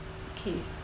okay